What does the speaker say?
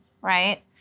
right